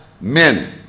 men